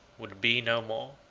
would be no more.